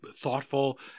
thoughtful